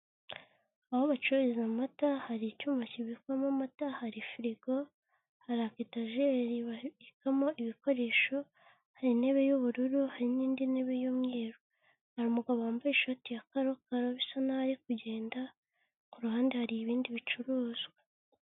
Aho bacururiza amata, hari icyuma kibikwamo amata, hari firigo, hari agatajeri babikamo ibikoresho, hari intebe y'ubururu, hari n'indi ntebe y'umweru. Hari umugabo wambaye ishati ya karokaro bisa naho ari kugenda, ku ruhande hari ibindi bicuruzwa.